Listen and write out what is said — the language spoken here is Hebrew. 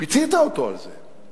פיצית אותו על זה.